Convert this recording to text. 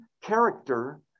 character